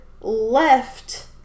left